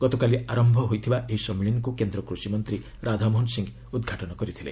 ଗତକାଲି ଆରମ୍ଭ ହୋଇଥିବା ଏହି ସମ୍ମିଳନୀକୁ କେନ୍ଦ୍ର କୃଷିମନ୍ତ୍ରୀ ରାଧାମୋହନ ସିଂ ଉଦ୍ଘାଟନ କରିଥିଲେ